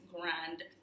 grand